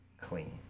clean